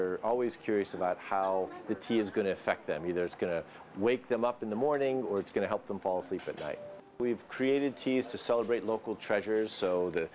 are always curious about how the tea is going to affect them you know it's going to wake them up in the morning or it's going to help them fall asleep at night we've created teas to celebrate local treasures so the